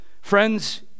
Friends